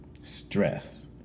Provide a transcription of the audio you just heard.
stress